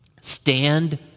stand